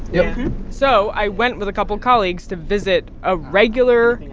yeah so i went with a couple of colleagues to visit a regular,